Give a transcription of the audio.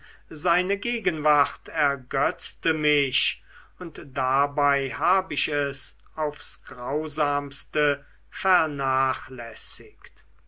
seine gegenwart ergötzte mich und dabei hab ich es aufs grausamste vernachlässigt